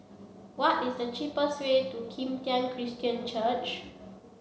what is the cheapest way to Kim Tian Christian Church